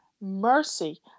mercy